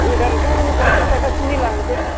गोदानखौ फन्सास थाखासोनि लांनिसै